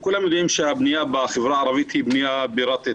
כולם יודעים שהבנייה בחברה הערבית היא בנייה פירטית,